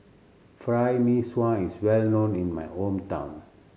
Fried Mee Sua is well known in my hometown